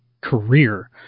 career